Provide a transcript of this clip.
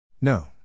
No